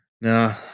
No